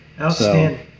Outstanding